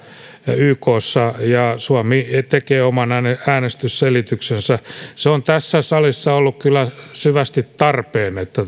ykssa ja suomi tekee oman äänestysselityksensä se on tässä salissa ollut kyllä syvästi tarpeen että